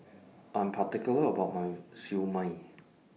I'm particular about My Siew Mai